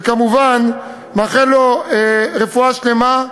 ואני כמובן מאחל לו רפואה שלמה,